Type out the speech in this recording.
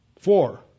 Four